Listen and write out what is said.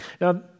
Now